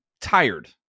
tired